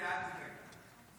יש לך שותף לדרך, ראש הממשלה.